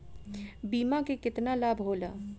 बीमा के केतना लाभ होला?